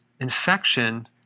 infection